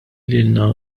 lilna